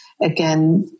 Again